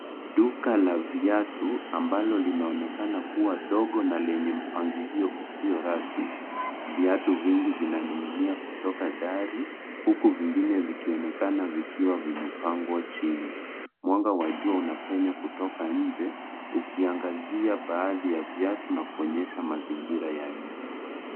Duka la viatu ambalo linaonekana kuwa dogo na lenye mpangilio usio rasmi. Viatu vingi vinaning'inia kutoka dari huku vingine vikionekana vikiwa vimepangwa chini. Mwanga wa jua unapenya kutoka nje ukiangazia baadhi ya viatu na kuonyesha mazingira ya nje.